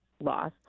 loss